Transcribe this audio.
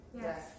Yes